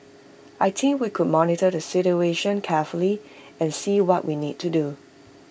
I team we could monitor the situation carefully and see what we need to do